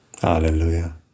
Hallelujah